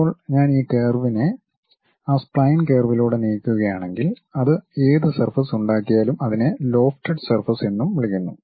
ഇപ്പോൾ ഞാൻ ഈ കർവിനെ ആ സ്പയിൻ കർവിലൂടെ നീക്കുകയാണെങ്കിൽ അത് ഏത് സർഫസ് ഉണ്ടാക്കിയാലും അതിനെ ലോഫ്റ്റഡ് സർഫസ് എന്നും വിളിക്കുന്നു